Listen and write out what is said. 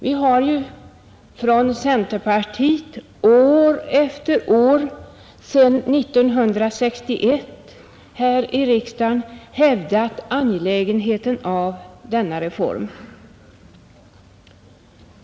Vi har ju från centerpartiet år efter år sedan 1961 här i riksdagen hävdat angelägenheten av denna reform.